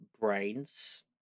brains